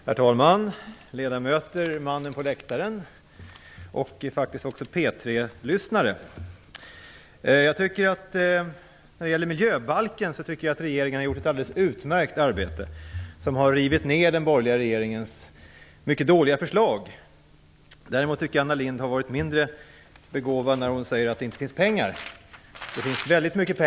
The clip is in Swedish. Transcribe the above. Herr talman! Ledamöter! Mannen på läktaren! När det gäller miljöbalken tycker jag att regeringen har gjort ett alldeles utmärkt arbete. Man har rivit upp den borgerliga regeringens mycket dåliga förslag. Däremot tycker jag att Anna Lindh är mindre begåvad när hon säger att det inte finns pengar. Det finns mycket pengar. Herr talman!